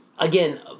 again